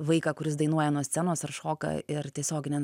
vaiką kuris dainuoja nuo scenos ar šoka ir tiesioginėn